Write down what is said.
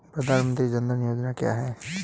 प्रधानमंत्री जन धन योजना क्या है?